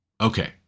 okay